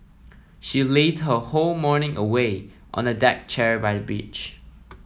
she lazed her whole morning away on a deck chair by the beach